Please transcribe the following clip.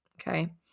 Okay